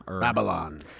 Babylon